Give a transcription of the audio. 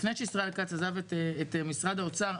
לפני שישראל כץ עזב את משרד האוצר,